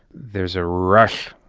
there's a rush,